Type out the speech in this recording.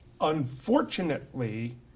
Unfortunately